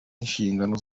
nshingano